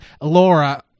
Laura